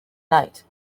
night